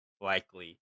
likely